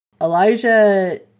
Elijah